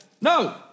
No